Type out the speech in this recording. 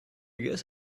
guess